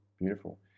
Beautiful